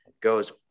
goes